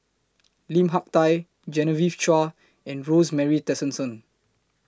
Lim Hak Tai Genevieve Chua and Rosemary Tessensohn